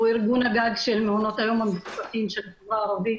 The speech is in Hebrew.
הוא ארגון הגג של מעונות היום בחברה הערבית,